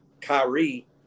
Kyrie